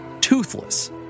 toothless